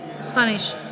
Spanish